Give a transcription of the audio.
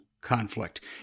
conflict